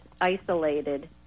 isolated